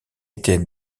était